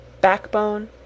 BACKBONE